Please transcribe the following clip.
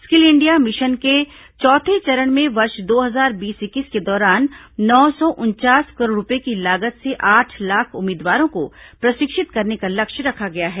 skill India mission के चौथे चरण में वर्ष दो हजार बीस इक्कीस के दौरान नौ सौ उनचास करोड़ रुपये की लागत से आठ लाख उम्मीदवारों को प्रषिक्षित करने का लक्ष्य रखा गया है